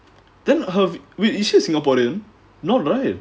then her wait is she a singaporean not right